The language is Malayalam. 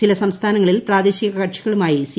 ചില സംസ്ഥാനങ്ങളിൽ പ്രാദേശിക കക്ഷ്മീകളുമായി സി